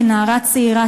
כנערה צעירה,